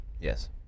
Yes